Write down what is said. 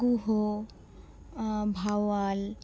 Guha Bhawal